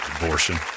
abortion